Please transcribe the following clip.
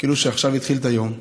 כאילו שעכשיו התחיל את היום,